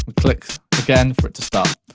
click again for it to stop.